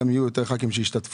גם יהיו יותר ח"כים שישתתפו.